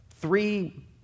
three